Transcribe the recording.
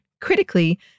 Critically